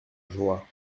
joie